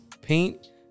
paint